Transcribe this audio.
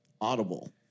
Audible